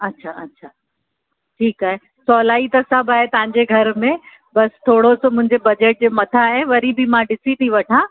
अच्छा अच्छा ठीकु आहे सहूलाई त सभु आहे तव्हांजे घर में बसि थोरो सो मुंहिंजे बजेट जे मथां आहे वरी बि मां ॾिसी थी वठां